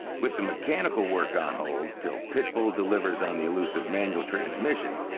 with the mechanical work on hold till pitbull delivers on the elusive manual transmission,